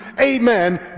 amen